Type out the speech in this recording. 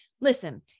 listen